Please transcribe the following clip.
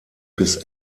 bis